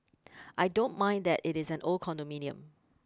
I don't mind that it is an old condominium